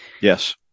Yes